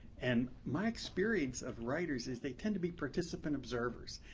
and my experience of writers is they tend to be participant observers.